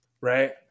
right